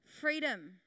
freedom